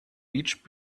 each